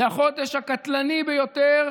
זה החודש הקטלני ביותר